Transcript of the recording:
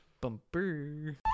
Bumper